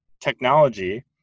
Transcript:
technology